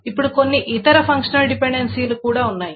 ఇప్పుడు కొన్ని ఇతర ఫంక్షనల్ డిపెండెన్సీలు కూడా ఉన్నాయి